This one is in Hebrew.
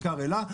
בעיקר אל"ה,